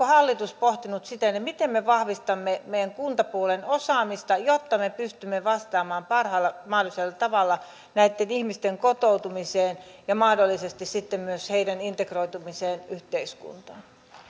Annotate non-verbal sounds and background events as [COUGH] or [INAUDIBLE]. [UNINTELLIGIBLE] hallitus pohtinut sitä miten me tässä tilanteessa vahvistamme meidän kuntapuolen osaamista jotta me pystymme vastaamaan parhaalla mahdollisella tavalla näitten ihmisen kotoutumiseen ja mahdollisesti sitten myös heidän integroitumiseensa yhteiskuntaan